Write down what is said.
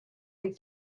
and